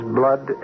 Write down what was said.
blood